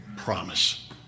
Promise